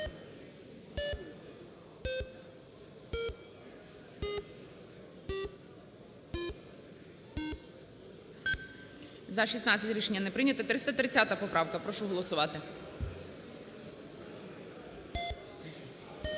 За-16 Рішення не прийнято. 330 поправка. Прошу голосувати.